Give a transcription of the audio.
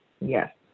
Yes